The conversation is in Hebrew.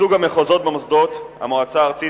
ייצוג המחוזות במוסדות המועצה הארצית